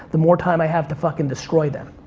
the more time i have to fucking destroy them.